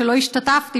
שלא השתתפתי,